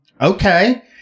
okay